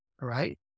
right